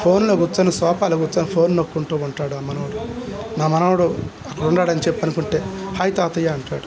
ఫోన్లో కూర్చొని సోఫలో కూర్చొని ఫోన్ నొక్కుకుంటూ ఉంటాడు ఆ మనవడు నా మనవాడు అక్కడ ఉన్నాడని చెప్పి అనుకుంటే హాయ్ తాతయ్య అంటాడు